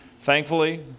Thankfully